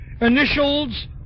initials